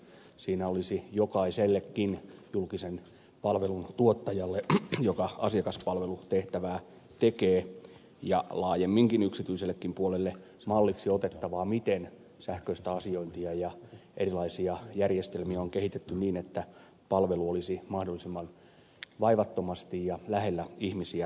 siinä olisi jokaisellekin julkisen palvelun tuottajalle joka asiakaspalvelutehtävää tekee ja laajemminkin yksityisellekin puolelle malliksi otettavaa miten sähköistä asiointia ja erilaisia järjestelmiä on kehitetty niin että palvelu olisi mahdollisimman vaivattomasti ja lähellä ihmisiä saatavilla